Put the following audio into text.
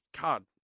God